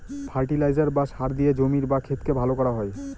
fertiliser বা সার দিয়ে জমির বা ক্ষেতকে ভালো করা হয়